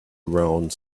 around